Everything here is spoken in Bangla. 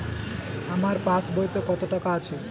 আমার পাস বইতে কত টাকা আছে?